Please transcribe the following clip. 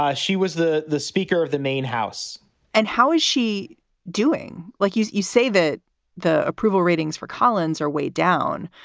ah she was the the speaker of the main house and how is she doing? like you you say that the approval ratings for collins are way down.